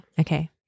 okay